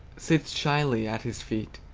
sits shyly at his feet.